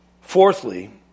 Fourthly